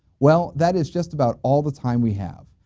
well that is just about all the time we have.